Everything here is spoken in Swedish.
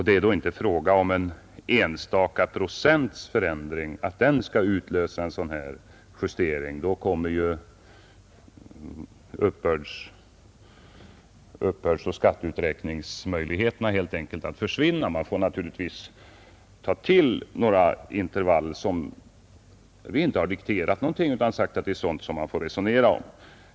Det är inte fråga om att en enstaka procents förändring skall utlösa en justering; då kommer ju uppbördsoch skatteuträkningsmöjligheterna helt enkelt att försvinna. Man får naturligtvis välja lämpliga intervall. Det har vi inte dikterat någonting om, utan vi har sagt att det är sådant som man får resonera om.